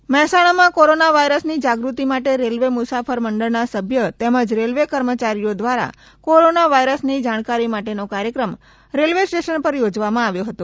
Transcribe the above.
railway station મહેસાણામાં corona વાયરસની જાગૃતિ માટે રેલ્વે મુસાફર મંડળના સભ્ય તેમજ રેલ્વે કર્મચારીઓ દ્વારા કોરોના વાયરસની જાણકારી માટેનો કાર્યક્રમ રેલ્વે સ્ટેશન પર યોજવામાં આવ્યો હતો